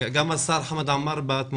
גם השר חמד עמאר שנמצא בתמונה,